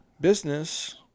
business